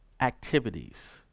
activities